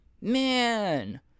Man